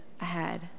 ahead